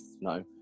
No